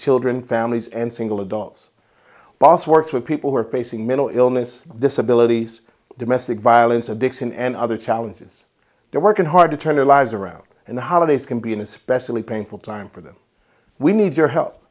children families and single adults boss works with people who are facing mental illness disability domestic violence addiction and other challenges they're working hard to turn their lives around and the holidays can be an especially painful time for them we need your help